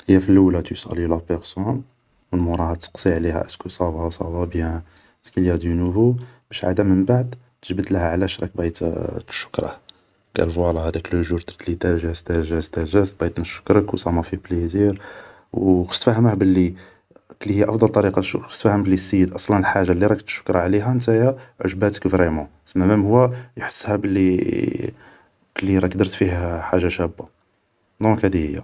هي في اللولة تو سالو لا بارسون, من موراها تسقسي عليها ايسكو صافا ؟ صافا بيان ؟ سكيليا دو نوفو باش عادا من بعد تجبله علاش باغي تشكره, قال فوالا هداك لو جور درتلي تال جاست تال جاست, بغيت نشكرك و صا مافي بليزير, و خص تفهمه بلي, كلي هي افضل طريقة شكر خص تفهم سيد بلي اصلا حاجة اللي راك تشكره عليها نتايا عجباتك فريمون, سما مام هو يحسها بلي كلي راك درت فيه حاجة شابة, دونك هادي هي